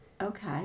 okay